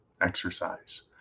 exercise